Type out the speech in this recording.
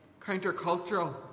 countercultural